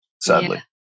sadly